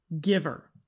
giver